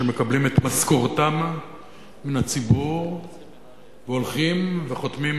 שמקבלים את משכורתם מן הציבור והולכים וחותמים